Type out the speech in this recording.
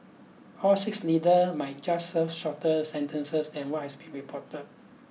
all six leader might just serve shorter sentences than what has been reported